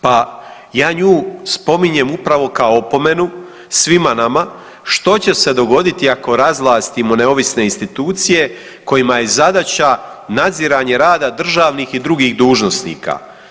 Pa ja nju spominjem upravo kao opomenu svima nama što će se dogoditi ako razvlastimo neovisne institucije kojima je zadaća nadziranje rada državnih i drugih dužnosnika.